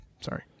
Sorry